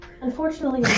unfortunately